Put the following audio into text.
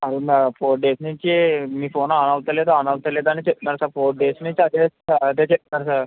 అవునా four days నుంచి మీ ఫోన్ ఆన్ అవటంలేదు ఆన్ అవటంలేదు అని చెప్తున్నారు సార్ ఫోర్ డేస్ నుంచి అదే సార్ అదే చెప్తున్నారు సార్